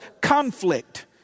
conflict